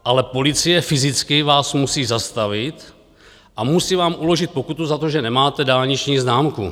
Ale policie fyzicky vás musí zastavit a musí vám uložit pokutu za to, že nemáte dálniční známku.